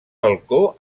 balcó